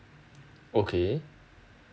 okay